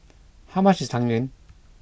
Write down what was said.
how much is Tang Yuen